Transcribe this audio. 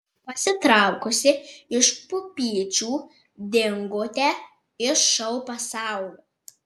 pasitraukusi iš pupyčių dingote iš šou pasaulio